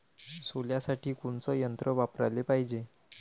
सोल्यासाठी कोनचं यंत्र वापराले पायजे?